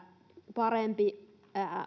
parempi